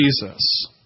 Jesus